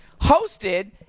hosted